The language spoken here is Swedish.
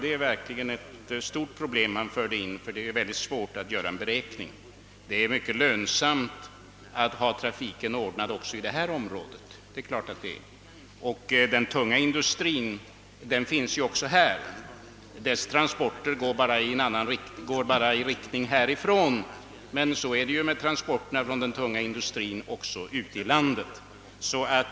Det är ett stort problem han därmed för in i debatten, ty det är mycket svårt att åstadkomma en beräkning enligt denna princip. Det är klart att det är mycket lönsamt att få trafiken ordnad också i stockholmsområdet; den tunga industrin finns ju även här. Och transporterna går ju i båda riktningarna.